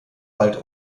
wald